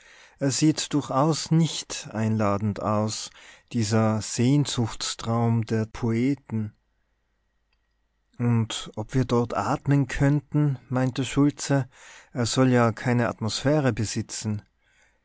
er sieht durchaus nicht einladend aus dieser sehnsuchtstraum der poeten und ob wir dort atmen könnten meinte schultze er soll ja keine atmosphäre besitzen